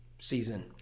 season